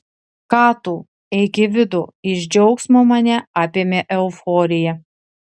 ką tu eik į vidų iš džiaugsmo mane apėmė euforija